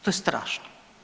To je strašno.